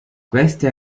questi